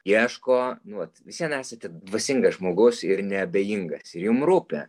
ieško nu vat vis vien esate dvasingas žmogus ir neabejingas ir jum rūpi